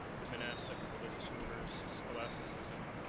the monastic and religious orders, scholasticism,